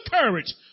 courage